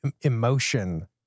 emotion